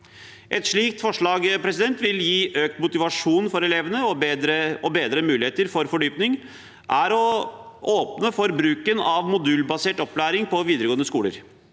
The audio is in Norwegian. Et slikt forslag, som vil gi økt motivasjon for elevene og bedre muligheter for fordypning, er å åpne for bruken av modulbasert opplæring på videregående skoler.